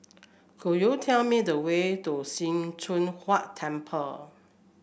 could you tell me the way to Sim Choon Huat Temple